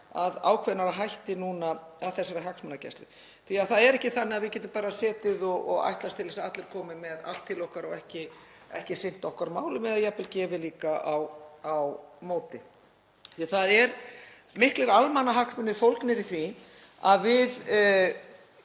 með ákveðnari hætti að þessari hagsmunagæslu, því að það er ekki þannig að við getum bara setið og ætlast til þess að allir komi með allt til okkar og ekki sinnt okkar málum eða jafnvel gefið líka á móti. Það eru miklir almannahagsmunir fólgnir í því að við